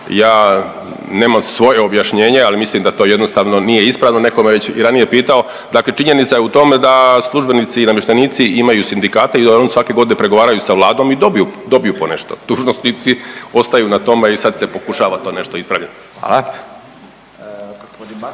ja nemam svoje objašnjenje, ali mislim da to jednostavno nije ispravno. Netko me već i ranije pitao, dakle činjenica je u tome da službenici i namještenici imaju sindikate i oni svake godine pregovaraju sa Vladom i dobiju, dobiju ponešto, dužnosnici ostaju na tome i sad se pokušava to nešto ispraviti.